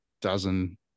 dozen